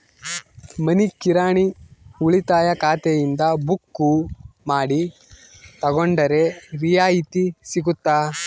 ಮನಿ ಕಿರಾಣಿ ಉಳಿತಾಯ ಖಾತೆಯಿಂದ ಬುಕ್ಕು ಮಾಡಿ ತಗೊಂಡರೆ ರಿಯಾಯಿತಿ ಸಿಗುತ್ತಾ?